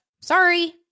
Sorry